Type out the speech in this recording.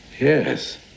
Yes